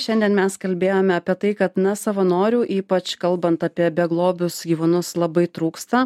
šiandien mes kalbėjome apie tai kad na savanorių ypač kalbant apie beglobius gyvūnus labai trūksta